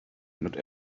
not